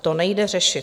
To nejde řešit.